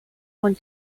one